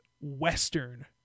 Western